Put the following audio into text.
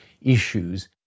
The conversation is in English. issues